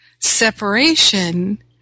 separation